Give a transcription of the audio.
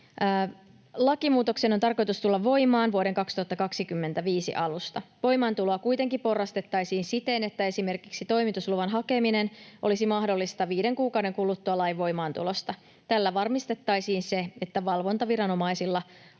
Lakimuutoksen on tarkoitus tulla voimaan vuoden 2025 alusta. Voimaantuloa kuitenkin porrastettaisiin siten, että esimerkiksi toimitusluvan hakeminen olisi mahdollista viiden kuukauden kuluttua lain voimaantulosta. Tällä varmistettaisiin se, että valvontaviranomaisilla